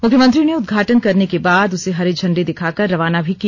मुख्यमंत्री ने उदघाटन करने के बाद उसे हरी झंडी दिखाकर रवाना भी किया